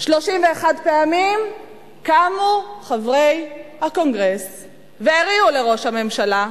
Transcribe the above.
31 פעמים קמו חברי הקונגרס והריעו לראש הממשלה,